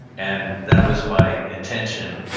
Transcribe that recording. and that was my intention,